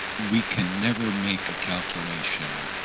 we can never make a calculation